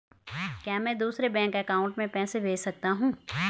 क्या मैं दूसरे बैंक अकाउंट में पैसे भेज सकता हूँ?